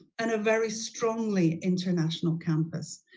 and a very strongly international campus.